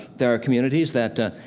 there are communities that, ah,